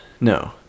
no